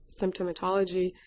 symptomatology